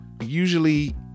usually